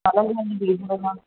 हलंदे हलंदे बिहजी वेई आहे